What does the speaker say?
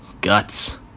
Guts